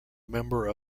member